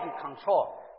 control